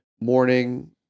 morning